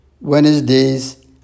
Wednesdays